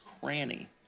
Cranny